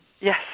Yes